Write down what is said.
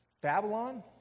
Babylon